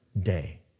day